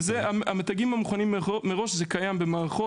המתגים המוכנים מראש קיימים במערכות